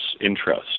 interest